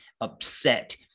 upset